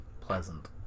pleasant